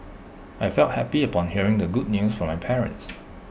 I felt happy upon hearing the good news from my parents